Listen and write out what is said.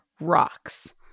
rocks